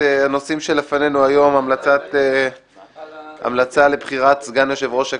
הנושאים שלפנינו היום: המלצה לבחירת סגן ליושב ראש הכנסת,